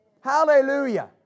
Hallelujah